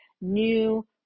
new